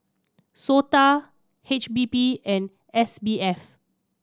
SOTA H P B and S B F